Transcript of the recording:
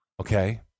Okay